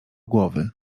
głowy